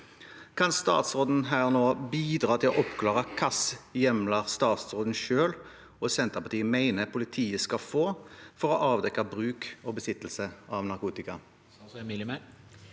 Kan statsråden her og nå bidra til å oppklare hvilke hjemler statsråden selv og Senterpartiet mener politiet skal få til å avdekke bruk og besittelse av narkotika?